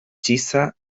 txiza